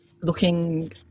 Looking